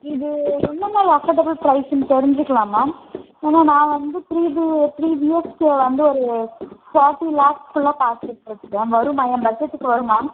இது என்னமாதிரி அஃபோர்டபுள் ப்ரைஸுன்னு தெரிஞ்சுக்கிலாமா ஏன்னால் நான் வந்து த்ரீ பி த்ரீ பிஹெச்கே வந்து ஒரு ஃபாட்டி லேக்ஸ்குள்ளே பார்த்துட்ருக்கேன் வருமா ஏன் பட்ஜெட்டுக்கு வருமா